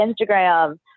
Instagram